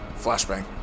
Flashbang